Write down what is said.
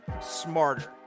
smarter